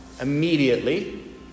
immediately